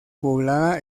poblada